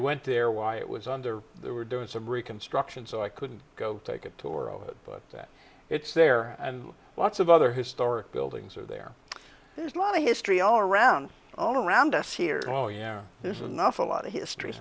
went there why it was under there were doing some reconstruction so i couldn't go take a tour of it but that it's there and lots of other historic buildings are there there's a lot of history all around all around us here oh yeah there's enough a lot of history